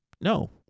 No